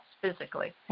physically